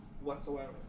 whatsoever